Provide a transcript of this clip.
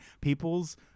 people's